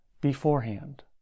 beforehand